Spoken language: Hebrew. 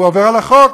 הוא עובר על החוק,